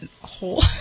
hole